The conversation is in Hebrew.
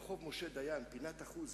33 ברחובות ראשיים ואחד באזור